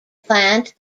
plant